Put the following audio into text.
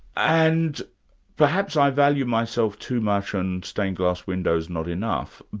and perhaps i value myself too much and stained glass windows not enough,